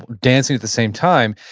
dancing at the same time.